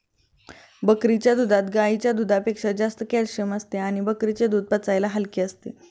बकरीच्या दुधात गाईच्या दुधापेक्षा जास्त कॅल्शिअम असते आणि बकरीचे दूध पचायला हलके असते